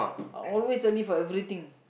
I always early for everything